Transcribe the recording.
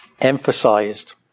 emphasized